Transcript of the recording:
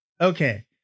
Okay